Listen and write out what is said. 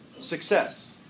success